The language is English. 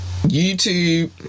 YouTube